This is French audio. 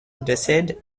décède